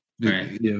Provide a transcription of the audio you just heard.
Right